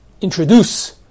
introduce